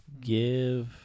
Give